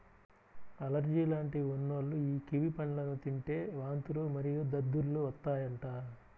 allergy లాంటివి ఉన్నోల్లు యీ కివి పండ్లను తింటే వాంతులు మరియు దద్దుర్లు వత్తాయంట